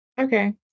Okay